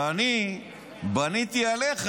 ואני בניתי עליך,